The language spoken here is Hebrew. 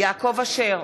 יעקב אשר,